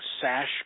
sash